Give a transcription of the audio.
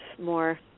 more